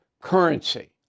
currency